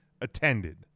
attended